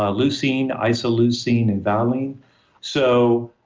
ah leucine, isoleucine and valine so,